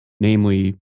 namely